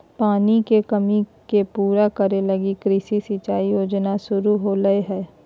पानी के कमी के पूरा करे लगी कृषि सिंचाई योजना के शुरू होलय हइ